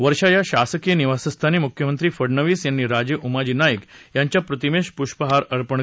वर्षा या शासकीय निवासस्थानी मुख्यमंत्री फडणवीस यांनी राजे उमाजी नाईक यांच्या प्रतिमेस पुष्पहार अर्पण करून अभिवादन केले